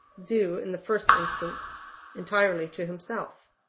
due in the first instance entirely to himself.